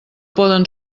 poden